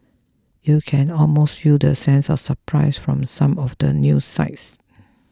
you can almost feel the sense of surprise from some of the news sites